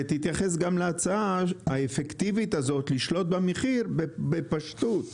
ותתייחס גם להצעה האפקטיבית הזאת לשלוט במחיר בפשטות,